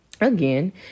again